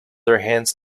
hands